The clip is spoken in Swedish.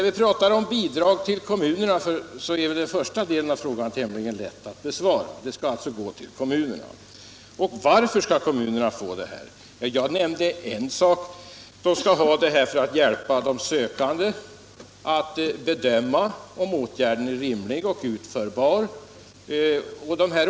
Vi pratar om bidrag till kommunerna, och då är väl den första delen av frågan tämligen lätt att besvara. Pengarna skall gå till kommunerna. Och varför skall kommunerna få pengar? Jag nämnde en sak: De skall ha dem för att hjälpa de sökande att bedöma om en åtgärd är rimlig och utförbar.